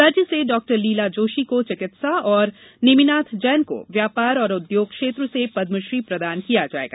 राज्य से डाक्टर लीला जोशी को चिकित्सा और नेमीनाथ जैन को व्यापार और उद्योग क्षेत्र से पदमश्री प्रदान किया जायेगा